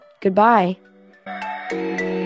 goodbye